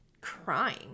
crying